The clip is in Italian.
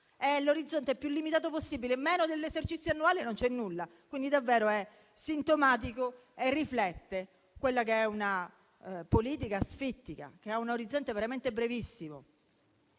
È l'orizzonte più limitato possibile, meno dell'esercizio annuale non c'è nulla, e questo è davvero sintomatico e riflette una politica asfittica, che ha un orizzonte veramente brevissimo.